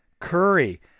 Curry